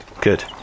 Good